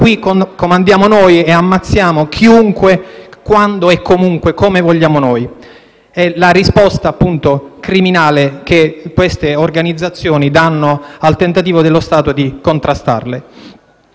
che comandano loro e ammazzano chiunque, quando e come vogliono loro. È la risposta criminale che queste organizzazioni danno al tentativo dello Stato di contrastarle.